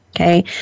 okay